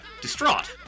distraught